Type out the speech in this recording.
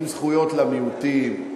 עם זכויות למיעוטים,